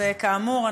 אז כאמור,